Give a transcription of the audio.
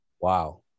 Wow